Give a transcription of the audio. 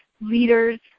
leaders